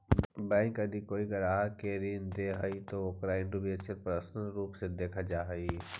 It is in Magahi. बैंक यदि कोई ग्राहक के ऋण दे हइ त ओकरा इंडिविजुअल पर्सन के रूप में देखल जा हइ